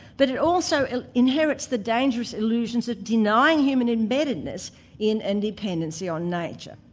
but it also inherits the dangerous illusions of denying human embededness in and dependency on nature.